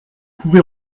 pouvez